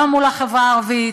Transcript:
לא מול החברה הערבית,